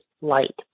light